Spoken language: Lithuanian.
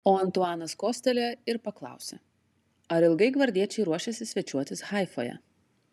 o antuanas kostelėjo ir paklausė ar ilgai gvardiečiai ruošiasi svečiuotis haifoje